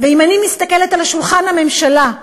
ואם אני מסתכלת על שולחן הממשלה,